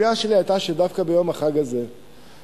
הציפייה שלי היתה שדווקא ביום החג הזה לא